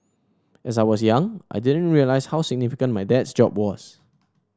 as I was young I didn't realise how significant my dad's job was